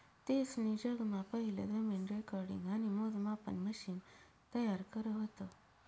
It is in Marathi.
तेसनी जगमा पहिलं जमीन रेकॉर्डिंग आणि मोजमापन मशिन तयार करं व्हतं